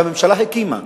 שהממשלה הקימה,